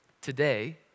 today